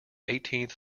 eighteenth